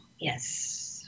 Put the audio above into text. yes